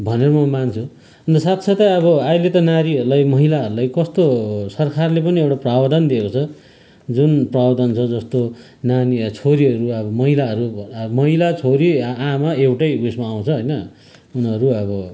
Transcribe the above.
भनेर म मान्छु अन्त साथसाथै अब अहिले त नारीहरूलाई महिलाहरूलाई कस्तो सरकारले पनि एउटा प्रावधान दिएको छ जुन प्रावधान छ जस्तो नानी छोरीहरू महिलाहरू भ अब महिला छोरी आमा एउटै उइसमा आउँछ होइन उनीरू अब